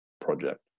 Project